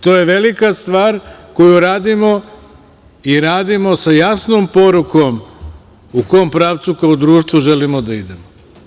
To je velika stvar koju radimo i radimo sa jasnom porukom u kom pravcu, kao društvo, želimo da idemo.